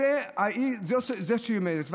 זה בוועדה שהיא עומדת בראשה.